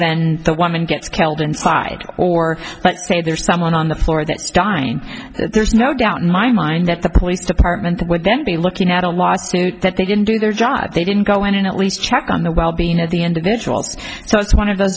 then the woman gets killed inside or let's say there's someone on the floor that's dying there's no doubt in my mind that the police department would then be looking at a lawsuit that they didn't do their job they didn't go in and at least check on the wellbeing of the individuals so it's one of th